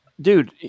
Dude